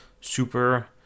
super